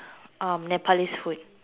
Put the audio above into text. um nepalese food